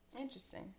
Interesting